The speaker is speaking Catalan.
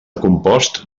compost